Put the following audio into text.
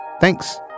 Thanks